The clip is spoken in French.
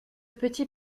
petit